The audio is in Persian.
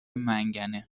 منگنه